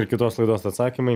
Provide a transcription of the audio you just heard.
ir kitos laidos atsakymai